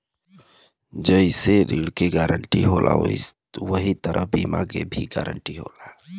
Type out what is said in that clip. जइसे ऋण के गारंटी होला वही तरह बीमा क गारंटी होला